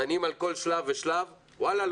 דנים על כל שלב ושלב וואלה,